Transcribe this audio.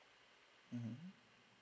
mmhmm